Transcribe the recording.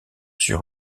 sur